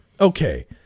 okay